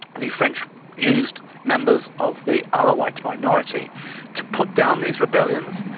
the french used member of the alowhites minority to put down these rebellions.